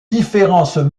différences